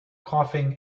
coughing